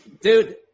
Dude